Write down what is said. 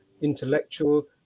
intellectual